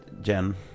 Jen